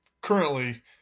currently